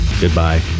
Goodbye